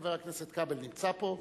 חבר הכנסת כבל נמצא פה.